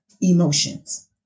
emotions